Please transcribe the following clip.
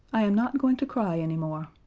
i am not going to cry any more.